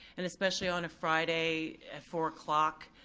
and especially on a friday, at four o'clock,